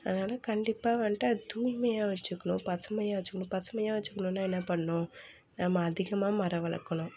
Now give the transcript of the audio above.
அதனால கண்டிப்பாக வன்ட்டு அது தூய்மையாக வைச்சுக்கணும் பசுமையாக வைச்சுக்கணும் பசுமையாக வைச்சுக்கணும்னா என்னா பண்ணனும் நம்ம அதிகமாக மரம் வளர்க்கணும்